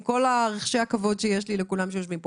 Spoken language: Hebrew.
עם כל רחשי הכבוד שיש לי לכל מי שיושב פה